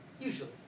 Usually